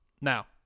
Now